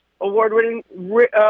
award-winning